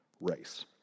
race